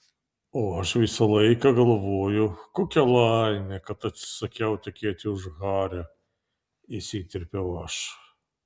o aš visą laiką galvoju kokia laimė kad atsisakiau tekėti už hario įsiterpiau aš